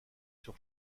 sur